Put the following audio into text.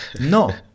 no